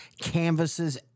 canvases